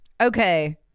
Okay